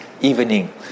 evening